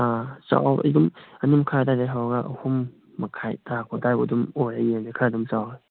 ꯑꯥ ꯆꯥꯎꯕꯩꯗꯤ ꯑꯗꯨꯝ ꯑꯅꯤꯃꯈꯥꯏ ꯑꯗꯥꯏꯗꯒꯤ ꯍꯧꯔꯒ ꯑꯍꯨꯝꯃꯈꯥꯏ ꯇꯥꯔꯛꯄ ꯑꯗꯥꯏ ꯑꯗꯨꯝ ꯑꯣꯏꯔꯦ ꯌꯦꯟꯁꯦ ꯈꯔ ꯑꯗꯨꯝ ꯆꯥꯎꯔꯦ